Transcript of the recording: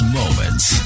moments